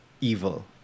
evil